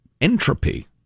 Entropy